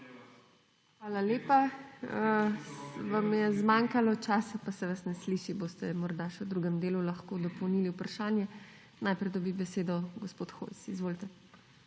Hvala lepa. Vam je zmanjkalo časa pa se vas ne sliši, boste morda še v drugem delu lahko dopolnili vprašanje. Najprej dobi besedo gospod Hojs. Izvolite.